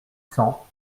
cents